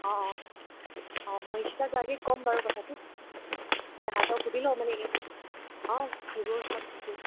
অ' অ' অ' মই ঈশিতা গাৰ্গীক ক'ম বাৰু কথাটো তাহাঁতক সুধি লওঁ মানে অ' সেইবোৰ চব ঠিকেই